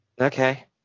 okay